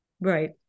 Right